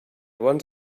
bons